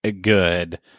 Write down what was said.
good